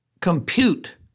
compute